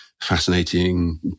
fascinating